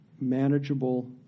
manageable